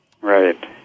Right